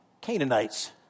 Canaanites